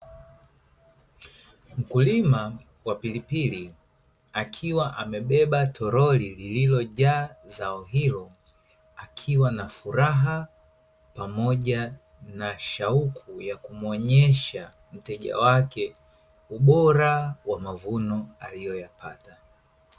Mkulima wa pilipili akiwa amebeba toroli lililojaa zao hilo, akiwa na furaha, pamoja na shauku ya kumwonyesha mteja wake ubora wa mavuno aliyoyapata.